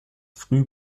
früh